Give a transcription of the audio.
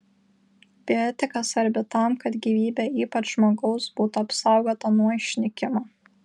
bioetika svarbi tam kad gyvybė ypač žmogaus būtų apsaugota nuo išnykimo